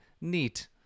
Neat